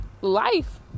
life